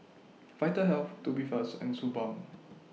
Vitahealth Tubifast and Suu Balm